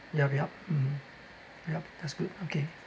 yup yup mmhmm yup that's good okay